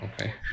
Okay